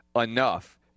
enough